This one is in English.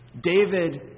David